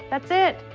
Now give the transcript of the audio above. that's it.